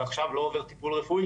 ועכשיו לא עובר טיפול רפואי,